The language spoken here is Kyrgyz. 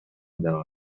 дагы